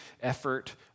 effort